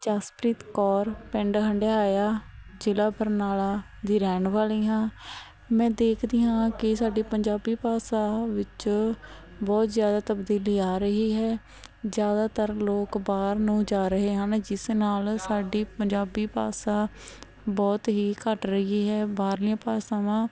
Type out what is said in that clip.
ਜਸਪ੍ਰੀਤ ਕੌਰ ਪਿੰਡ ਹੰਡਿਆਇਆ ਜ਼ਿਲ੍ਹਾ ਬਰਨਾਲਾ ਦੀ ਰਹਿਣ ਵਾਲੀ ਹਾਂ ਮੈਂ ਦੇਖਦੀ ਹਾਂ ਕਿ ਸਾਡੀ ਪੰਜਾਬੀ ਭਾਸ਼ਾ ਵਿੱਚ ਬਹੁਤ ਜ਼ਿਆਦਾ ਤਬਦੀਲੀ ਆ ਰਹੀ ਹੈ ਜ਼ਿਆਦਾਤਰ ਲੋਕ ਬਾਹਰ ਨੂੰ ਜਾ ਰਹੇ ਹਨ ਜਿਸ ਨਾਲ ਸਾਡੀ ਪੰਜਾਬੀ ਭਾਸ਼ਾ ਬਹੁਤ ਹੀ ਘੱਟ ਰਹੀ ਹੈ ਬਾਹਰਲੀਆਂ ਭਾਸ਼ਾਵਾਂ